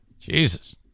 Jesus